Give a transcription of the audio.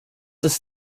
ist